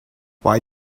why